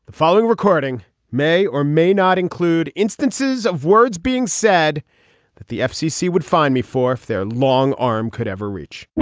following recording may or may not include instances of words being said that the fcc would find me for if their long arm could ever reach